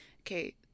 Okay